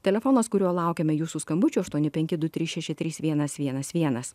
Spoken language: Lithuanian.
telefonas kuriuo laukiame jūsų skambučių aštuoni penki du trys šeši trys vienas vienas vienas